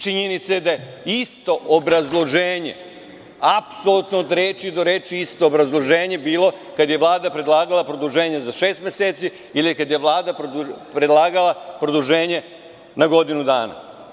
Činjenica je da je isto obrazloženje, apsolutno je od reči do reči isto obrazloženje bilo kada je Vlada predlagala produženje za šest meseci i kada je Vlada predlagala produženje na godinu dana.